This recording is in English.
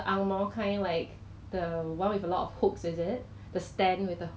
so I don't know whether it's the right decision sometimes like it's so scary that you cannot see the virus